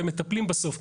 והם מטפלים בסוף.